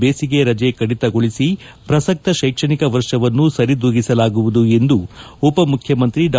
ಬೇಸಿಗೆ ರಜೆ ಕಡಿತಗೊಳಿಸಿ ಪ್ರಸ್ತ ರೈಕ್ಷಣಿಕ ವರ್ಷವನ್ನು ಸರಿದೂಗಿಸಲಾಗುವುದು ಎಂದು ಉಪಮುಖ್ಯಮಂತ್ರಿ ಡಾ